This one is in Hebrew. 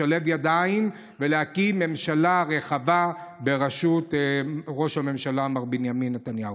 לשלב ידיים ולהקים ממשלה רחבה בראשות ראש הממשלה מר בנימין נתניהו.